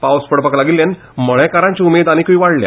पावस पडपाक लागिल्ल्यान मळेकारांची उमेद आनिकूय वाडली